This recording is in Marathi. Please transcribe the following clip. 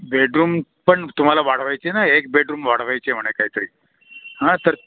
बेडरूम पण तुम्हाला वाढवायची ना एक बेडरूम वाढवायचे म्हणे काहीतरी हा तर